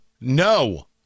no